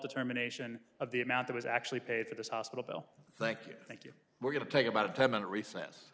determination of the amount that is actually paid for the hospital bill thank you thank you we're going to take about a ten minute recess